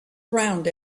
around